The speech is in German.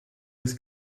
ist